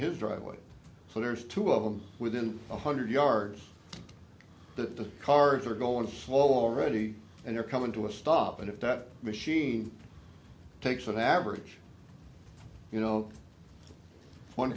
his driveway for two of them within one hundred yards the cars are going to slow already and they're coming to a stop and if that machine takes an average you know one